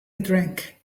drink